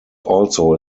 also